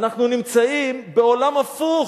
אנחנו נמצאים בעולם הפוך.